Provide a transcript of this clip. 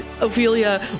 Ophelia